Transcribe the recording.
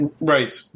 Right